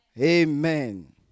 Amen